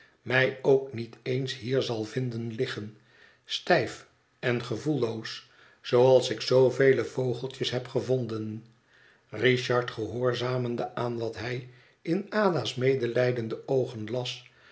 ij ook niet eens hier zal vinden liggen stijf en gevoelloos zooals ik zoovele vogeltjes heb gevonden richard gehoorzamende aan wat hij in ada's medelijdende oogen las